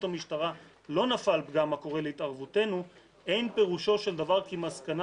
המשטרה לא נפל פגם הקורא להתערבותנו אין פירושו של דבר כי מסקנה